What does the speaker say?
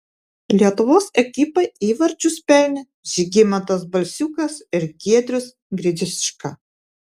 lietuvos ekipai įvarčius pelnė žygimantas balsiukas ir giedrius gridziuška